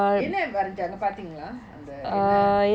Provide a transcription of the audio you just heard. என்ன வரைஞ்சாங்க பாத்திங்களா அந்த என்ன:enna varainjaanga paathingalaa antha enna